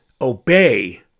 obey